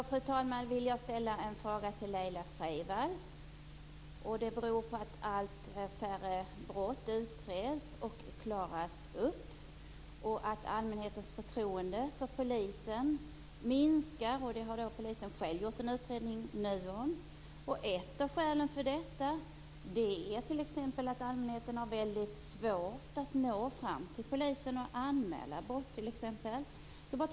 Fru talman! Jag vill ställa en fråga till Laila Freivalds. Allt färre brott utreds och klaras upp. Allmänhetens förtroende för polisen minskar. Polisen själv har nu gjort en utredning om det. Ett av skälen till detta är att allmänheten har väldigt svårt att nå fram till polisen för att t.ex. anmäla brott.